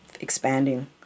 expanding